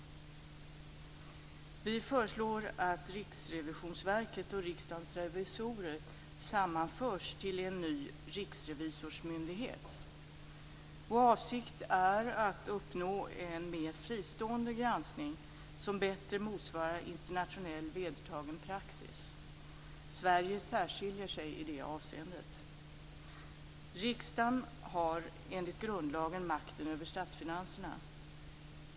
Vi föreslår att Riksrevisionsverket och Riksdagens revisorer sammanförs till en ny riksrevisorsmyndighet. Vår avsikt är att uppnå en mer fristående granskning, som bättre motsvarar internationell vedertagen praxis. Sverige särskiljer sig i det avseendet. Riksdagen har enligt grundlagen makten över statsfinanserna.